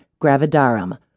gravidarum